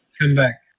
Comeback